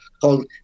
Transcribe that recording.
called